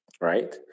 right